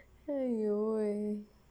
!aiyo! eh